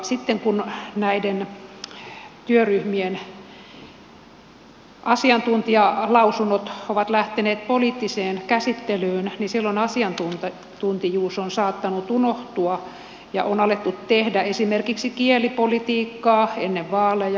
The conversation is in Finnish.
sitten kun näiden työryhmien asiantuntijalausunnot ovat lähteneet poliittiseen käsittelyyn niin silloin asiantuntijuus on saattanut unohtua ja on alettu tehdä esimerkiksi kielipolitiikkaa ennen vaaleja